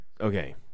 okay